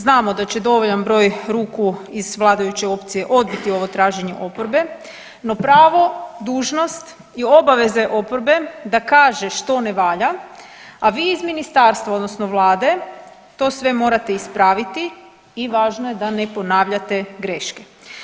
Znamo da će dovoljan broj ruku iz vladajuće opcije odbiti ovo traženje oporbe, no pravo dužnost i obaveze oporbe da kaže što ne valja, a vi iz ministarstva odnosno Vlade to sve morate ispraviti i važno je da ne ponavljate greške.